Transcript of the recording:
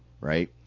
Right